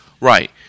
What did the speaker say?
right